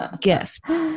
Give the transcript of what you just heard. gifts